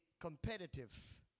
competitive